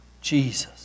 Jesus